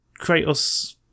Kratos